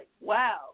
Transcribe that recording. wow